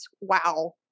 Wow